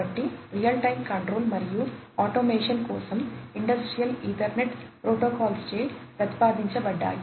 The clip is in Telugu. కాబట్టి రియల్ టైమ్ కంట్రోల్ మరియు ఆటోమేషన్ కోసం ఇండస్ట్రియల్ ఈథర్నెట్ ప్రోటోకాల్స్చే ప్రతిపాదించబడ్డాయి